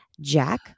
Jack